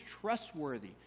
trustworthy